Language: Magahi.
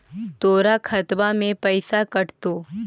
तोर खतबा से पैसा कटतो?